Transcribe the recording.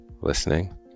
listening